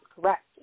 correct